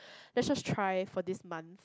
let's just try for this month